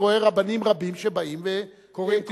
אני רואה רבנים רבים שבאים וקוראים,